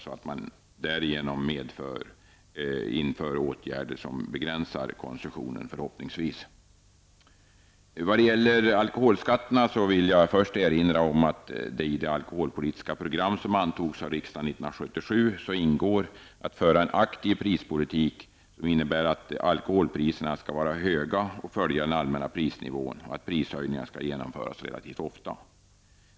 Åtgärder bör vidtas för att förhoppningsvis begränsa konsumtionen. Vad gäller alkoholskatterna vill jag först erinra om att det i det alkoholpolitiska program som antogs av riksdagen 1977 ingår att föra en aktiv prispolitik, innebärande att alkoholpriserna skall vara höga och följa den allmänna prisnivån samt att prishöjningar skall genomföras relativt ofta.